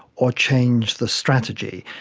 or change the strategy?